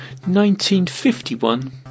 1951